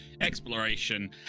exploration